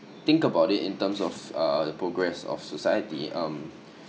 think about it in terms of uh the progress of society um